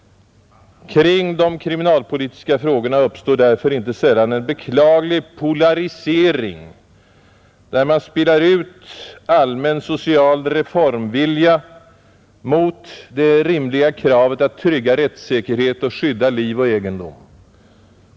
Kring de kriminalpolitiska frågorna uppstår därför inte sällan en beklaglig polarisering, där man spelar ut allmän social reformvilja mot det rimliga kravet att trygga rättssäkerhet och skydda liv och egendom.